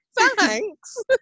thanks